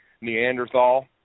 Neanderthal